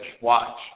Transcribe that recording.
Watch